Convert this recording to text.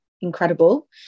incredible